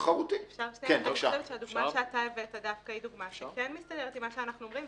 אני חושבת שהדוגמה שהבאת כן מסתדרת עם מה שאנחנו אומרים,